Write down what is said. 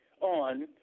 on